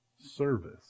service